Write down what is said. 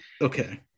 Okay